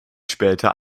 später